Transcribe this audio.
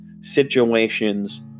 situations